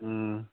ꯎꯝ